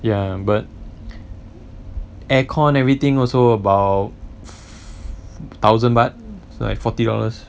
ya but air con everything also about thousand baht so like forty dollars